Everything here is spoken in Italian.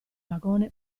vagone